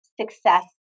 success